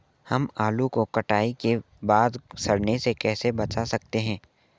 हम आलू को कटाई के बाद सड़ने से कैसे बचा सकते हैं?